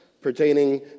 pertaining